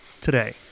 today